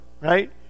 right